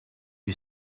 you